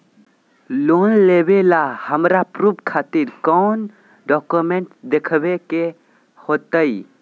Loan लेबे ला हमरा प्रूफ खातिर कौन डॉक्यूमेंट देखबे के होतई?